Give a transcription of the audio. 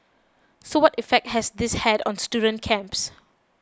so what effect has this had on student camps